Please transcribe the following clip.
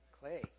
Clay